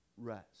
rest